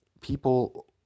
people